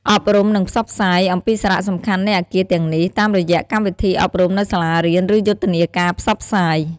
អប់រំ និងផ្សព្វផ្សាយ អំពីសារៈសំខាន់នៃអគារទាំងនេះ តាមរយៈកម្មវិធីអប់រំនៅសាលារៀន ឬយុទ្ធនាការផ្សព្វផ្សាយ។